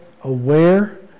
aware